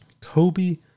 Kobe